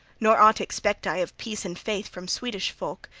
nor aught expect i of peace and faith from swedish folk.